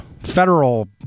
federal